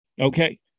Okay